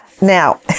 Now